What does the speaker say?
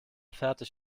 fertig